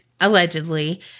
allegedly